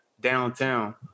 Downtown